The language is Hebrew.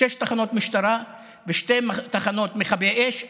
שש תחנות משטרה ושתי תחנות מכבי אש,